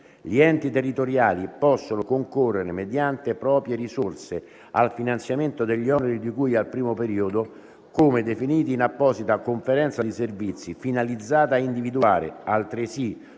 Gli enti territoriali possono concorrere, mediante proprie risorse, al finanziamento degli oneri di cui al primo periodo, come definiti in apposita conferenza di servizi, finalizzata ad individuare, altresì,